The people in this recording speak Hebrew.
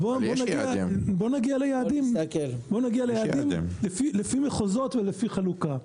בוא נגיע ליעדים, לפי מחוזות ולפי חלוקה.